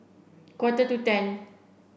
quarter to ten